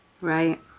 Right